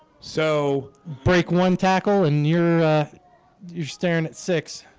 so break one tackle and you're you're staring at six.